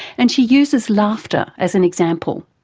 and she uses laughter as an example.